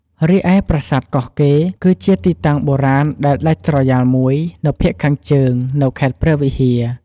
រីឯ ប្រាសាទកោះកេរ គឺជាទីតាំងបុរាណដែលដាច់ស្រយាលមួយនៅភាគខាងជើង នៅខេត្តព្រះវិហារ។